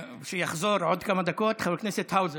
שיחזור עוד כמה דקות להיות, חבר הכנסת האוזר.